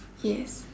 yes